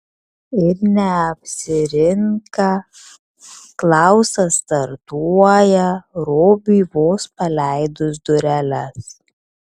ir neapsirinka klausas startuoja robiui vos paleidus dureles